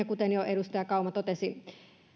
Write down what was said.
kuten jo edustaja kauma totesi